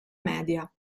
media